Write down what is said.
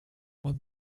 what